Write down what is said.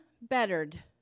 bettered